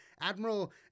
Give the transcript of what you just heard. Admiral